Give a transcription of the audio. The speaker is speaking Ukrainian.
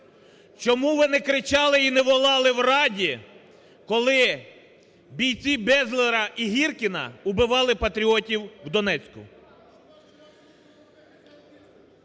Чому ви не кричали і не волали в Раді, коли бійці Безлера і Гіркіна убивали патріотів в Донецьку?